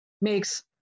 makes